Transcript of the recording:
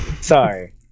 Sorry